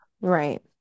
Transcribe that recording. Right